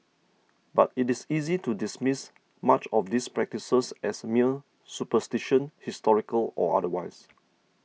but it is easy to dismiss much of these practices as mere superstition historical or otherwise